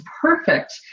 perfect